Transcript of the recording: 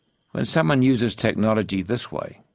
when someone uses technology this way,